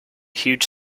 huge